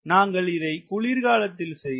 நாங்கள் இதை குளிர் காலத்தில் செய்தோம்